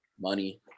money